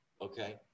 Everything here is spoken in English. okay